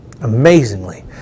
amazingly